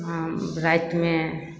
हँ रातिमे